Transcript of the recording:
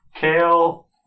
Kale